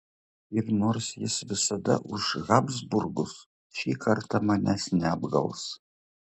ir nors jis visada už habsburgus ši kartą manęs neapgaus